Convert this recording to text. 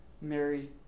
Mary